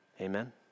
Amen